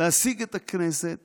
להעסיק את הכנסת